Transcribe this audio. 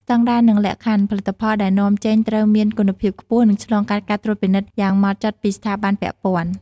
ស្តង់ដារ និងលក្ខខណ្ឌ ផលិតផលដែលនាំចេញត្រូវមានគុណភាពខ្ពស់ និងឆ្លងកាត់ការត្រួតពិនិត្យយ៉ាងហ្មត់ចត់ពីស្ថាប័នពាក់ព័ន្ធ។